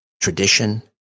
tradition